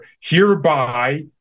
hereby